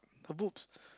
her boobs